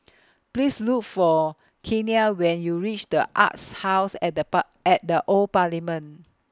Please Look For Kenia when YOU REACH The Arts House At The Bar At The Old Parliament